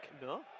No